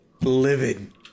livid